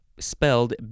spelled